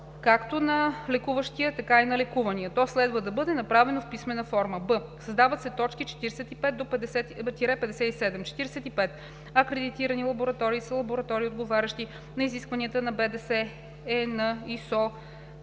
както на лекуващия, така и на лекувания. То следва да бъде направено в писмена форма.“ б) създават се т. 45 – 57: „45. „Акредитирани лаборатории“ са лаборатории, отговарящи на изискванията на БДС ЕN